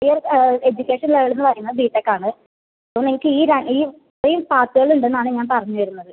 your education level എന്നു പറയുന്നത് B Tech ആണ് അപ്പോൾ നിങ്ങൾക്ക് ഈ രണ്ട് ഈ ഇത്രയും പാത്തുകളുണ്ടെന്നാണ് ഞാൻ പറഞ്ഞുവരുന്നത്